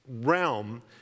realm